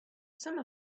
some